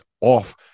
off